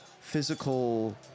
physical